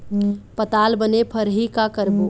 पताल बने फरही का करबो?